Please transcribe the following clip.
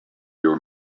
your